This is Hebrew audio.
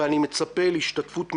ואני מצפה להשתתפות מלאה.